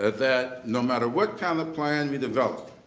that no matter what kind of plan you develop,